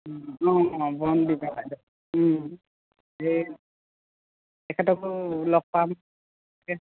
অঁ অঁ বন্দিপা বাইদেউ এই তেখেতকো লগ পাম তাকে